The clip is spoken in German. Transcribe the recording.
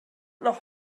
noch